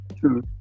two